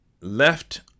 Left